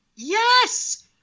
Yes